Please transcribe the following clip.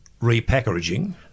repackaging